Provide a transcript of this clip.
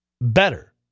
better